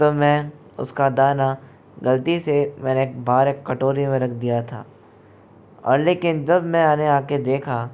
तब मैं उसका दाना गलती से मैंने बाहर एक कटोरी में रख दिया था और लेकिन जब मैंने आकर देखा